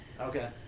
Okay